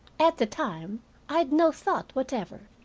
at the time i had no thought whatever.